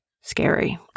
scary